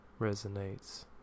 resonates